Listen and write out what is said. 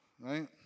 right